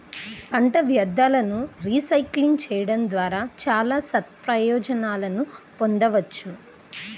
పంట వ్యర్థాలను రీసైక్లింగ్ చేయడం ద్వారా చాలా సత్ప్రయోజనాలను పొందవచ్చు